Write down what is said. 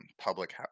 public